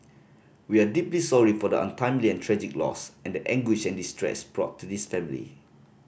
we are deeply sorry for the untimely and tragic loss and the anguish and distress brought to this family